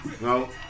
No